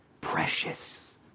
precious